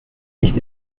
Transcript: nicht